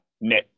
net